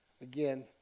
Again